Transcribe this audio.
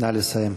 נא לסיים.